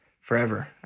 forever